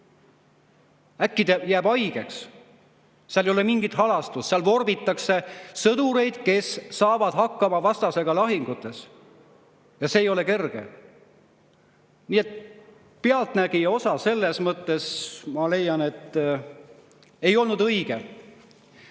Äkki ta jääb haigeks!" Seal ei ole mingit halastust, seal vorbitakse sõdureid, kes saavad hakkama vastasega lahingutes, ja see ei ole kerge. Nii et "Pealtnägija" osa selles mõttes, ma leian, ei olnud õige. Edasi